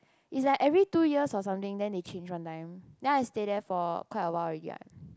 it's like every two years or something then they change one time then I stay there for quite a while already what